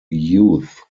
youth